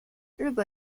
日本